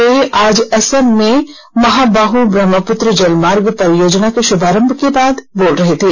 वे आज असम में महाबाह ब्रह्मपुत्र जलमार्ग परियोजना के शुभारंभ के बाद बोल रहे थे